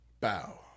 Bow